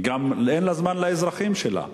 וגם אין לה זמן לאזרחים שלה.